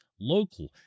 local